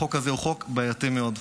החוק הזה הוא בעייתי מאוד.